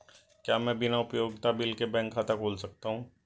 क्या मैं बिना उपयोगिता बिल के बैंक खाता खोल सकता हूँ?